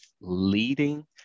leading